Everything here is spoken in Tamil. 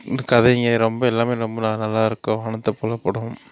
கதைங்க ரொம்ப எல்லாமே ரொம்ப நல்லாயிருக்கும் வானத்தப்போல படம்